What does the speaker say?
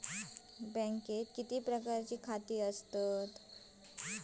बँकेत किती प्रकारची खाती असतत?